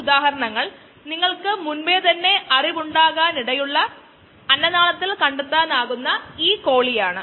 അതോടൊപ്പം x naught എന്നത് log ഫേസിന്റെ തുടക്കത്തിലേ സാന്ദ്രത ആണ്